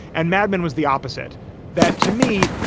and madmen was the opposite that to me,